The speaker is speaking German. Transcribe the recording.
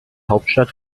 hauptstadt